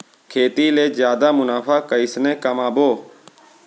खेती ले जादा मुनाफा कइसने कमाबो?